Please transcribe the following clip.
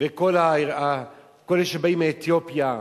וכל אלה שבאים מאתיופיה.